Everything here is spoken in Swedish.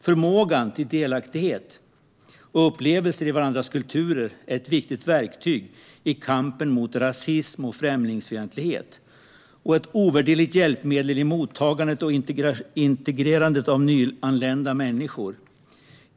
Förmåga till delaktighet samt upplevelser i varandras kulturer är viktiga verktyg i kampen mot rasism och främlingsfientlighet. De är också ovärderliga hjälpmedel i mottagandet och integrerandet av nyanlända medmänniskor.